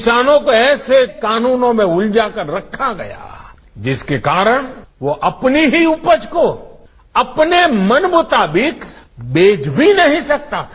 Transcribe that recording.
किसानों को ऐसे कानूनों में उलझाकर रखा गया है जिसके कारण वो अपनी ही उपज को अपने मनमुताबिक बेच भी नहीं सकता था